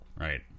Right